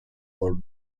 for